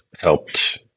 helped